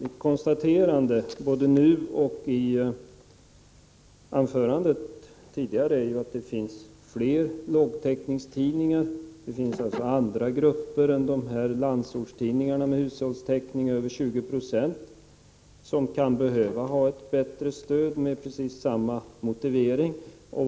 Mitt konstaterande, både nu och i mitt tidigare anförande, är att det finns fler lågtäckningstidningar och att det alltså finns andra grupper än dessa landsortstidningar med en hushållstäckning på över 20 96, som kan behöva ha ett bättre stöd med precis samma motivering.